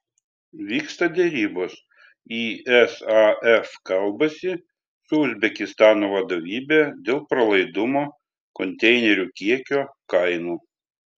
vyksta derybos isaf kalbasi su uzbekistano vadovybe dėl pralaidumo konteinerių kiekio kainų